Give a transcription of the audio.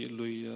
lui